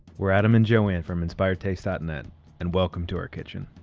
we're adam and joanne from inspired taste dot net and welcome to our kitchen.